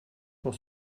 pour